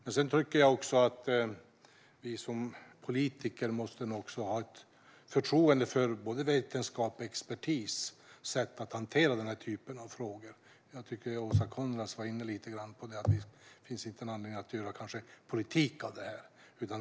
Jag tycker att vi som politiker måste ha ett förtroende för vetenskapens och expertisens sätt att hantera denna typ av frågor. Åsa Coenraads var lite grann inne på att det inte finns någon anledning att göra politik av detta.